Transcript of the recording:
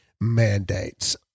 mandates